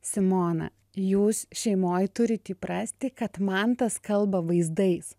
simona jūs šeimoj turit įprasti kad mantas kalba vaizdais